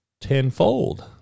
tenfold